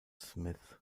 smith